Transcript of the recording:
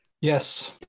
Yes